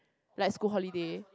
like school holiday